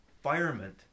environment